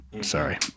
Sorry